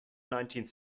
nineteenth